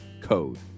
code